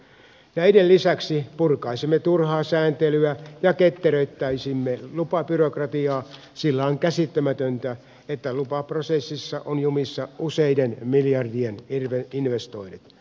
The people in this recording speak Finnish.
näiden lisäksi purkaisimme turhaa sääntelyä ja ketteröittäisimme lupabyrokratiaa sillä on käsittämätöntä että lupaprosessissa on jumissa useiden miljardien investoinnit